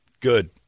Good